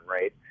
right